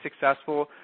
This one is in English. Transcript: successful